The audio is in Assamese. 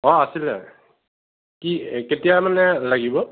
অ' আছিলে কি কেতিয়া মানে লাগিব